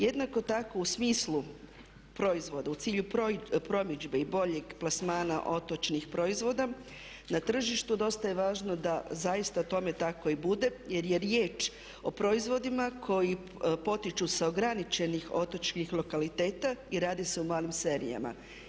Jednako tako u smislu proizvoda u cilju promidžbe i boljeg plasmana otočnih proizvoda na tržištu dosta je važno da zaista tome tako i bude jer je riječ o proizvodima koji potječu sa ograničenih otočkih lokaliteta i radi se o malim serijama.